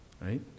Right